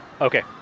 Okay